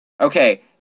okay